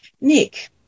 nick